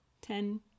Ten